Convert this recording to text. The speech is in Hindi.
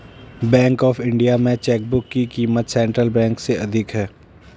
बैंक ऑफ इंडिया में चेकबुक की क़ीमत सेंट्रल बैंक से अधिक है